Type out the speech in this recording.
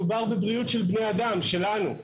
מדובר בבריאות של בני אדם, שלנו.